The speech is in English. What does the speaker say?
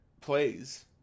plays